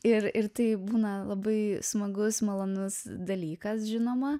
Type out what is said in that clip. ir ir tai būna labai smagus malonus dalykas žinoma